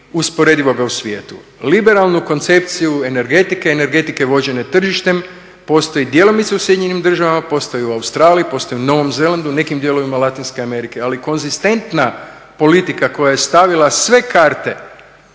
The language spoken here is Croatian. usporedivoga u svijetu. Liberalnu koncepciju energetike i energetike vođene tržištem postoji djelomice u SAD-u, postoji u Australiji, postoji u Novom Zelandu, nekim dijelovima Latinske Amerike. Ali konzistentna politika koja je stavila sve karte